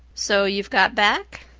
so you've got back?